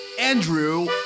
Andrew